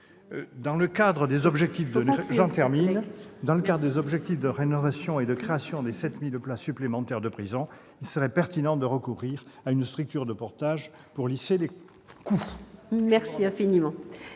atteindre les objectifs de rénovation et de création de 7 000 places supplémentaires de prison, il serait pertinent de recourir à une structure de portage afin de lisser les coûts. La parole est